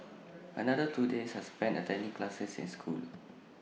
another two days are spent attending classes in school